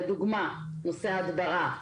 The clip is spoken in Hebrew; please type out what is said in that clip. לדוגמה: נושא ההדברה.